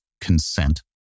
consent